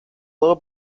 low